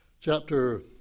chapter